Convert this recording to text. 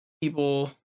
people